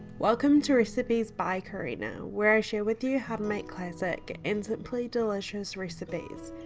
welcome to recipes by carina where i share with you how to make classic and simply delicious recipes,